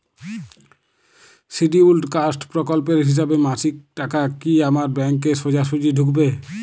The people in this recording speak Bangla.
শিডিউলড কাস্ট প্রকল্পের হিসেবে মাসিক টাকা কি আমার ব্যাংকে সোজাসুজি ঢুকবে?